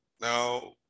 Now